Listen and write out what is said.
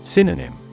Synonym